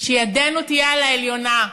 שידנו תהיה על העליונה,